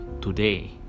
today